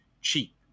cheap